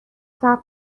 صبر